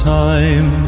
time